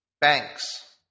Banks